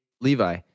Levi